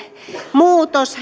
muutos